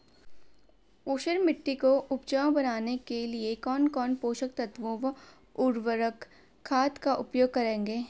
ऊसर मिट्टी को उपजाऊ बनाने के लिए कौन कौन पोषक तत्वों व उर्वरक खाद का उपयोग करेंगे?